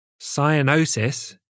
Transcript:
cyanosis